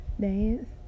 dance